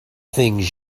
things